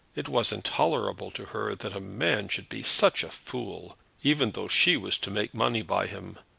it was intolerable to her that a man should be such a fool, even though she was to make money by him.